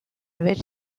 which